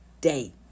day